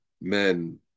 men